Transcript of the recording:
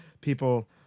People